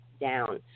down